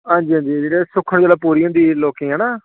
हांजी हांजी जेह्ड़े सुक्खन जेल्लै पूरी होंदी लोकें दी है ना